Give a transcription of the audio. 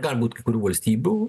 galbūt kai kurių valstybių